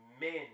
men